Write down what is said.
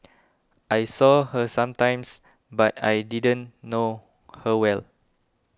I saw her sometimes but I didn't know her well